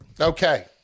Okay